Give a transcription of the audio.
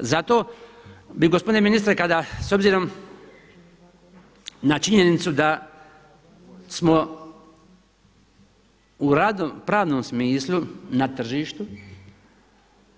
Zato bih gospodine ministre kada s obzirom na činjenicu da smo u pravnom smislu na tržištu,